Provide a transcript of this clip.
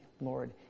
Lord